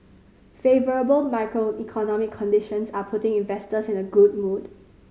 favourable macroeconomic conditions are putting investors in a good mood